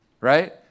Right